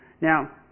Now